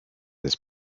this